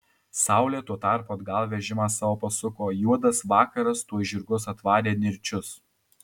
saulė tuo tarpu atgal vežimą savo pasuko juodas vakaras tuoj žirgus atvarė nirčius